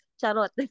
Charlotte